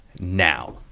now